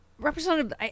Representative